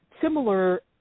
similar